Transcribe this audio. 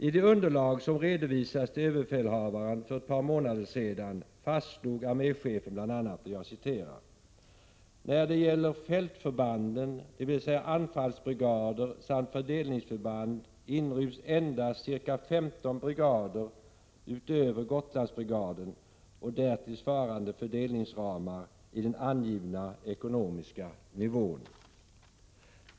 I det underlag som redovisades till överbefälhavaren för ett par månader sedan fastslog arméchefen bl.a.: ”När det gäller fältförbanden, dvs. anfallsbrigader, samt fördelningsförband inryms endast ca 15 brigader och därtill svarande fördelningsramar i den angivna ekonomiska nivån.